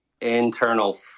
internal